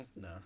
No